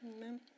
Amen